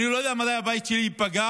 אני לא יודע מתי הבית שלי ייפגע,